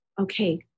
okay